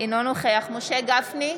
אינו נוכח משה גפני,